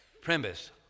premise